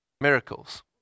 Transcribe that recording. Miracles